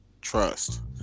Trust